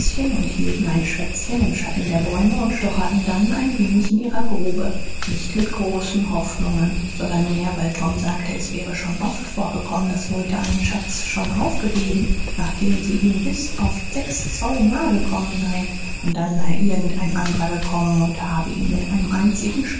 und hielten ein schwätzchen im schatten der bäume und stocherten dann ein wenig in ihrer grube nicht mit großen hoffnungen sondern mehr weil tom sagte es wäre schon oft vorgekommen daß leute einen schatz schon aufgegeben nachdem sie ihm bis auf sechs zoll nahe gekommen seien und dann sei irgend ein anderer gekommen und habe ihn mit einem einzigen